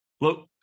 Look